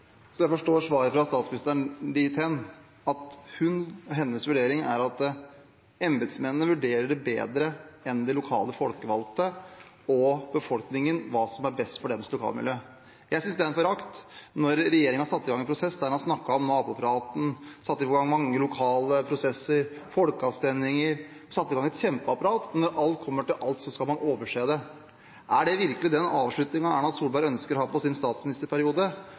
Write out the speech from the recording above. Jeg forstår svaret fra statsministeren dit hen at hennes vurdering er at embetsmennene vurderer bedre enn de lokale folkevalgte og befolkningen hva som er best for deres lokalmiljø. Jeg synes det er en forakt når regjeringen har satt i gang en prosess der en har snakket om nabopraten, har satt i gang mange lokale prosesser, folkeavstemninger – satt i gang et kjempeapparat. Når alt kommer til alt, skal man overse det. Er det virkelig den avslutningen Erna Solberg ønsker å ha på sin statsministerperiode